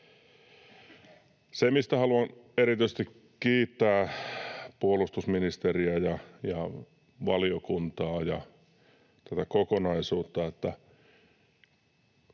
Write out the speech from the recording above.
Se, mistä haluan erityisesti kiittää puolustusministeriä ja valiokuntaa ja tätä kokonaisuutta,